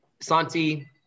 Santi